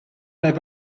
have